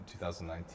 2019